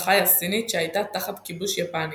שהייתה תחת כיבוש יפני,